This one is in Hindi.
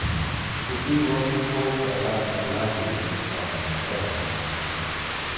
किसी वस्तु को पैदा करना ही उत्पादन कहलाता है